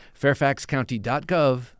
fairfaxcounty.gov